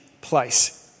place